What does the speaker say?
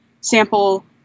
sample